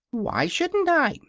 why shouldn't i?